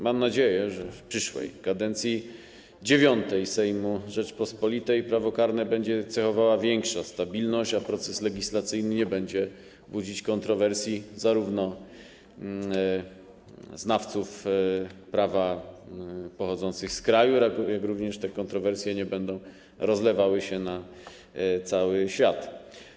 Mam nadzieję, że w przyszłej, IX kadencji Sejmu Rzeczypospolitej prawo karne będzie cechowała większa stabilność, a proces legislacyjny nie będzie budzić kontrowersji wśród znawców prawa pochodzących z kraju, jak również że te kontrowersje nie będą rozlewały się na cały świat.